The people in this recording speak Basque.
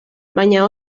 baina